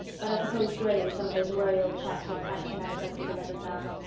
but i suppose grey or some of those wary old chaps will patch matters up at the eleventh hour.